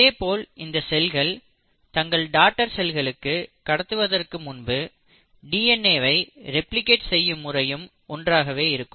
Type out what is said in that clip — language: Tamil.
இதேபோல் இந்த செல்கள் தங்கள் டாடர் செல்களுக்கு கடத்துவதற்கு முன்பு டிஎன்ஏவை ரெப்ளிகேட் செய்யும் செயல் முறையும் ஒன்றாகவே இருக்கும்